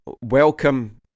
welcome